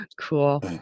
cool